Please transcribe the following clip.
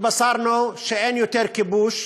התבשרנו שאין יותר כיבוש.